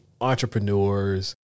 entrepreneurs